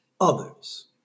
others